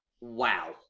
wow